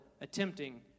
attempting